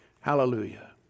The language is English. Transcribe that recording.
Hallelujah